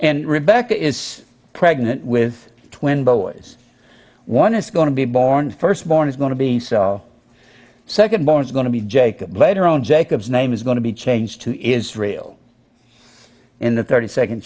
and rebecca is pregnant with twin boys one is going to be born first born is going to be the second born is going to be jacob later on jacob's name is going to be changed to israel in the thirty second